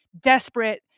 desperate